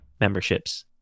memberships